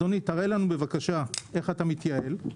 תראה לנו איך אתה מתייעל,